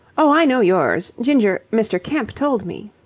oh, i know yours. ginger mr. kemp told me.